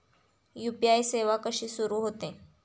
UPI सेवा कशी सुरू होते?